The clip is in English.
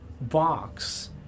box